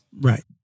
right